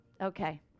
okay